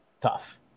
Tough